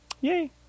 yay